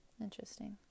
Interesting